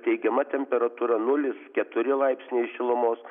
teigiama temperatūra nulis keturi laipsniai šilumos